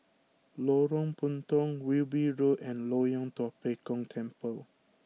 Lorong Puntong Wilby Road and Loyang Tua Pek Kong Temple